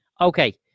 okay